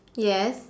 yes